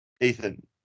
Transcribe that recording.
Ethan